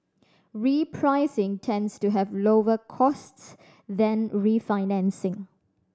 repricing tends to have lower costs than refinancing